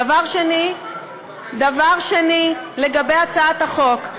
דבר שני, לגבי הצעת החוק.